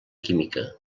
química